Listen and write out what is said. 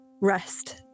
rest